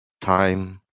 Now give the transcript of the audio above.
time